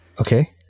Okay